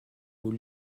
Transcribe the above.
aux